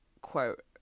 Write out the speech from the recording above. quote